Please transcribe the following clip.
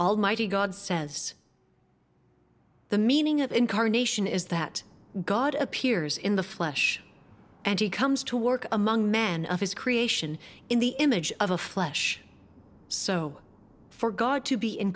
almighty god says the meaning of incarnation is that god appears in the flesh and he comes to work among men of his creation in the image of a flesh so for god to be in